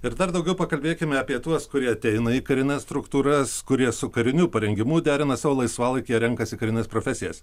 ir dar daugiau pakalbėkime apie tuos kurie ateina į karines struktūras kurie su kariniu parengimu derina savo laisvalaikį jie renkasi karines profesijas